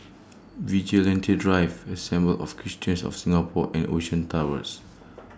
Vigilante Drive Assembly of Christians of Singapore and Ocean Towers